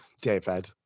David